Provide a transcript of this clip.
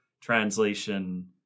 translation